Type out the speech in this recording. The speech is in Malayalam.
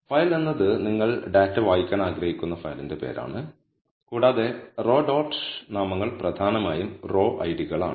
ഫയൽ എന്നത് നിങ്ങൾ ഡാറ്റ വായിക്കാൻ ആഗ്രഹിക്കുന്ന ഫയലിന്റെ പേരാണ് കൂടാതെ റോ ഡോട്ട് നാമങ്ങൾ പ്രധാനമായും റോ ഐഡികളാണ്